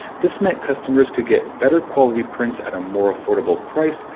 this meant customers could get better quality prints at a more affordable price,